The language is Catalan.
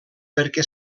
perquè